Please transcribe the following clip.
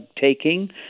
taking